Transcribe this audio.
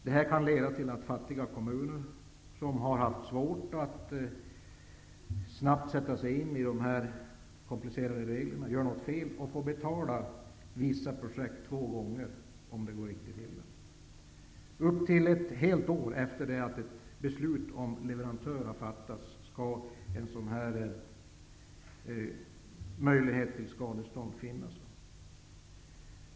Det här kan leda till att fattiga kommuner, som har haft svårt att snabbt sätta sig in i de komplicerade reglerna och som gör något fel, kan tvingas betala för vissa projekt två gånger om det går riktigt illa. Upp till ett helt år efter det att beslut om leverantör har fattats skall möjlighet till skadestånd finnas.